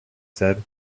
said